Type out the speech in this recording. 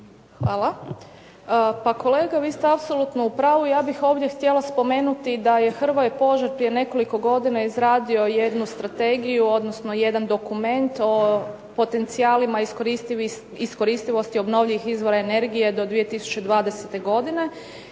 Hvala. Pa kolega vi ste apsolutno u pravu. Ja bih ovdje htjela spomenuti da je Hrvoje Požar prije nekoliko godina izradio jednu strategiju, odnosno jedan dokument o potencijalima iskoristivosti obnovljivih izvora energije do 2020. godine